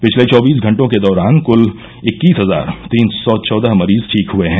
पिछले चौबीस घंटों के दौरान क्ल इक्कीस हजार तीन सौ चौदह मरीज ठीक हए हैं